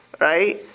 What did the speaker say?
Right